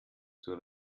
zur